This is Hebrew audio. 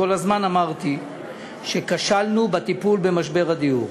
כל הזמן אמרתי שכשלנו בטיפול במשבר הדיור.